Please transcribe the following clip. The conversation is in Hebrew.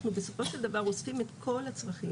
אנחנו בסופו של דבר אוספים את כל הצרכים,